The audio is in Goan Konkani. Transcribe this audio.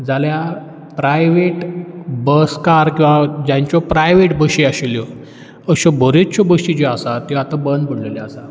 जाल्यार प्रायवेट बसकार किंवां जांच्यो प्रायवेट बशी आशिल्ल्यो अश्यो बऱ्योचश्यो बशी ज्यो आसा त्यो आतां बंद पडिल्ल्यो आसात